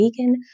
vegan